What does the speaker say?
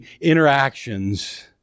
interactions